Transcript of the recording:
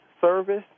service